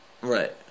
Right